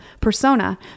persona